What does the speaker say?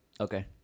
Okay